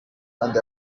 kandi